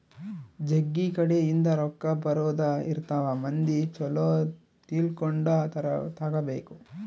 ಜಗ್ಗಿ ಕಡೆ ಇಂದ ರೊಕ್ಕ ಬರೋದ ಇರ್ತವ ಮಂದಿ ಚೊಲೊ ತಿಳ್ಕೊಂಡ ತಗಾಬೇಕು